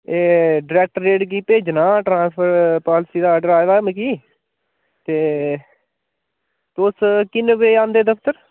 एह् डायरेक्टर जेह्ड़े गी भेजना ट्रांसफर पालसी दा आर्डर आए दा मिकी ते तुस किन्ने बजे आंदे दफतर